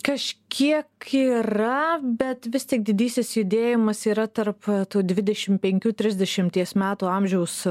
kažkiek yra bet vis tik didysis judėjimas yra tarp tų dvidešim penkių trisdešimties metų amžiaus